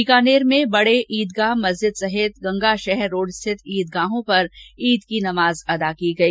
बीकानेर में बडे ईदगाह मस्जिदों सहित गंगाशहर रोड स्थित ईदगाहों पर ईद की नमाज अदा की गई